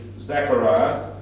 Zacharias